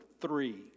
three